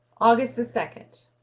august the second.